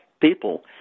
people